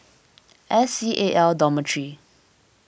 S C A L Dormitory